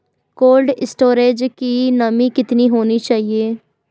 Cold storage की नमी कितनी होनी चाहिए?